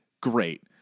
Great